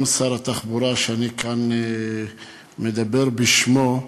גם שר התחבורה, שאני כאן מדבר בשמו,